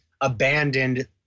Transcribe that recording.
abandoned